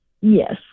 Yes